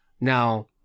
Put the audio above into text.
Now